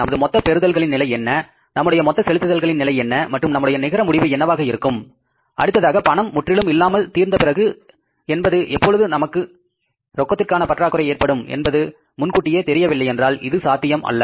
நமது மொத்த பெறுதல்களின் நிலை என்ன நம்முடைய மொத்த செலுத்துதல் நிலை என்ன மற்றும் நம்முடைய நிகர முடிவு என்னவாக இருக்கும் அடுத்ததாக பணம் முற்றிலும் இல்லாமல் தீர்ந்த பிறகு என்பது எப்பொழுது நமக்கு ரொக்கத்திற்கான பற்றாக்குறை ஏற்படும் என்பது முன்கூட்டி தெரியவில்லை என்றால் இது சாத்தியம் அல்ல